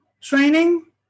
training